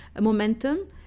momentum